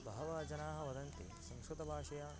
बहवः जनाः वदन्ति संस्कृतभाषया